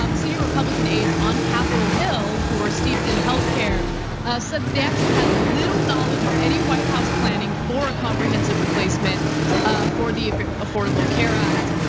um senior republican aides on capitol hill who were steeped in healthcare said they actually had little knowledge of any white house planning for a comprehensive replacement for the affordable care act.